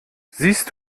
siehst